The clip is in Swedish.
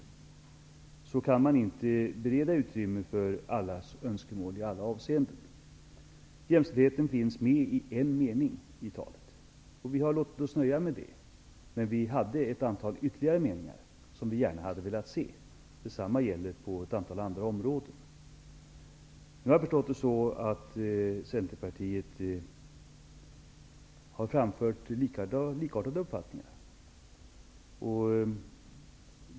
Man kan i ett sådant anförande inte bereda utrymme för allas önskemål i alla avseenden. Jämställdheten tas upp i en mening i talet, och vi har låtit oss nöja med det. Men vi hade ytterligare ett antal meningar som vi gärna hade velat ha med i talet. Detsamma gäller för ett antal andra områden. Jag har förstått att Centerpartiet har framfört likartade uppfattningar.